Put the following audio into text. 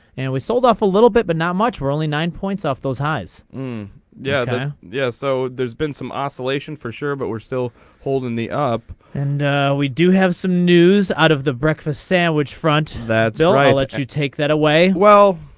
and we sold off a little bit but not much for only nine points off those highs nine yeah yeah so there's been some oscillation for sure but we're still holding the up and we do have some news out of the breakfast sandwich front. that's alright let you take that away well.